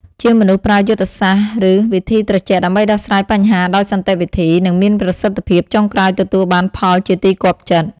ជាមនុស្សប្រើយុទ្ធសាស្រ្តឬវិធីត្រជាក់ដើម្បីដោះស្រាយបញ្ហាដោយសន្តិវិធី និងមានប្រសិទ្ធភាព ចុងក្រោយទទួលបានផលជាទីគាប់ចិត្ត ។